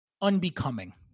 Unbecoming